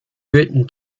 written